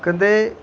कदें